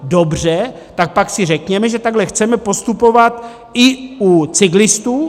Dobře, tak pak si řekněme, že takhle chceme postupovat i u cyklistů.